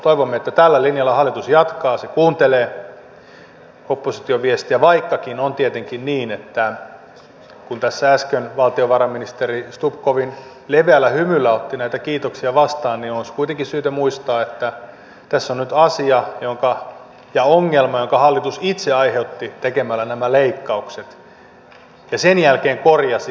toivomme että tällä linjalla hallitus jatkaa se kuuntelee opposition viestejä vaikkakin on tietenkin niin että kun tässä äsken valtiovarainministeri stubb kovin leveällä hymyllä otti näitä kiitoksia vastaan niin olisi kuitenkin syytä muistaa että tässä on nyt asia ja ongelma jonka hallitus itse aiheutti tekemällä nämä leikkaukset ja sen jälkeen korjasi